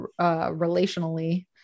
relationally